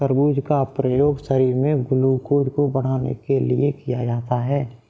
तरबूज का प्रयोग शरीर में ग्लूकोज़ को बढ़ाने के लिए किया जाता है